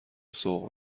سوق